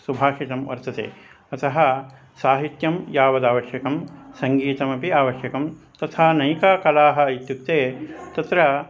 सुभाषितं वर्तते अतः साहित्यं यावदावश्यकं सङ्गीतमपि आवश्यकं तथा अनेका कलाः इत्युक्ते तत्र